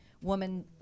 woman